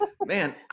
man